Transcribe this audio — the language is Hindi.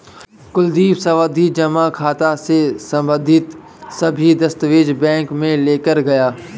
कुलदीप सावधि जमा खाता से संबंधित सभी दस्तावेज बैंक में लेकर गया